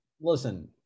listen